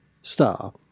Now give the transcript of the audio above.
star